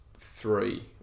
three